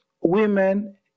women